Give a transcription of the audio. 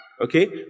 Okay